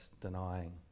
denying